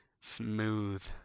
Smooth